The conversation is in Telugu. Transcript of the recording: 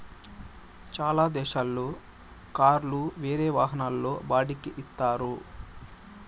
చాలా దేశాల్లో కార్లు వేరే వాహనాల్లో బాడిక్కి ఇత్తారు